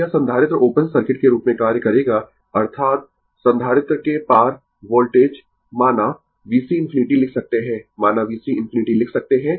तो यह संधारित्र ओपन सर्किट के रूप में कार्य करेगा अर्थात संधारित्र के पार वोल्टेज माना VC ∞ लिख सकते है माना VC ∞ लिख सकते है